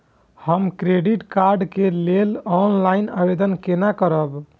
हम credit card के लेल ऑनलाइन आवेदन केना करब?